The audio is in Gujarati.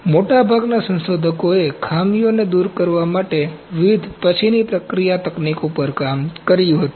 મોટાભાગના સંશોધકોએ ખામીઓને દૂર કરવા માટે વિવિધ પછીની પ્રક્રિયા તકનીકો પર કામ કર્યું હતું